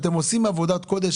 אתם באמת עושים עבודת קודש,